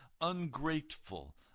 ungrateful